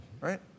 right